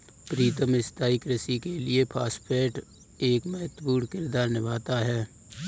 प्रीतम स्थाई कृषि के लिए फास्फेट एक महत्वपूर्ण किरदार निभाता है